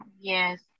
Yes